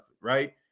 right